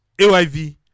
AYV